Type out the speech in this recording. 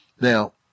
Now